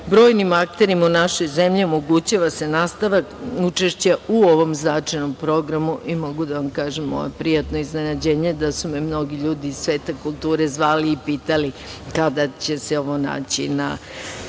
Brojnim akterima u našoj zemlji omogućava se nastavak učešća u ovom značajnom programu. Mogu da vam kažem moje prijatno iznenađenje da su me mnogi ljudi sveta kulture zvali i pitali kada će se ovo naći na